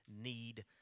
need